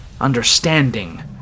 understanding